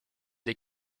des